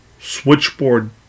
switchboard